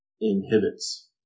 inhibits